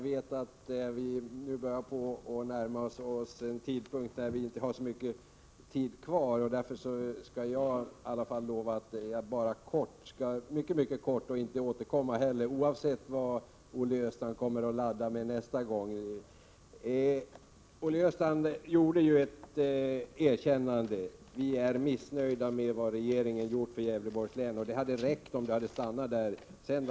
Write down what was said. Herr talman! Jag vet att vi nu inte har så mycket tid kvar. Jag lovar att jag därför skall fatta mig mycket kort. Jag tänker inte heller återkomma med ytterligare inlägg, oavsett vad Olle Östrand kommer att ladda med nästa gång. Olle Östrand gjorde ett erkännande: Vi är missnöjda med vad regeringen har gjort för Gävleborgs län. Det hade räckt om Olle Östrand stannat vid det.